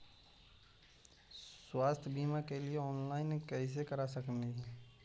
स्वास्थ्य बीमा के लिए ऑनलाइन कैसे कर सकली ही?